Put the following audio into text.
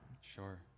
Sure